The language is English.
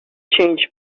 change